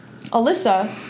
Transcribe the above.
Alyssa